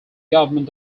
government